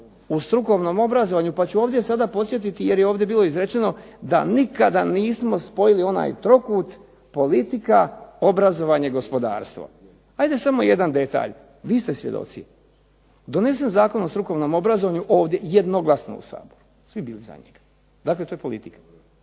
u strukovnom obrazovanju, pa ću ovdje sada podsjetiti jer je ovdje bilo rečeno da nikada nismo spojili onaj trokut politika, obrazovanje, gospodarstvo. 'Ajmo samo jedan detalj, vi ste svjedoci. Donesen Zakon o strukovnom obrazovanju ovdje jednoglasno u Saboru svi bili za njega. Dakle to je politika.